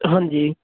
ਹਾਂਜੀ